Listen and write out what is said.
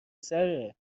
سره